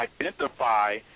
identify